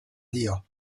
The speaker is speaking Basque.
dio